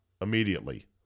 immediately